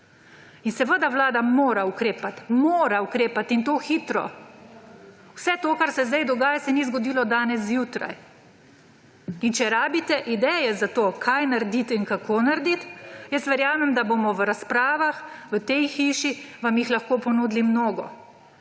In seveda vlada mora ukrepati, mora ukrepati, in to hitro. Vse to, kar se zdaj dogaja, se ni zgodilo danes zjutraj. In če rabite ideje za to, kaj narediti in kako narediti, jaz verjamem, da vam jih bomo lahko v razpravah v tej hiši ponudili mnogo.